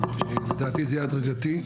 לדעתי זה יהיה הדרגתי,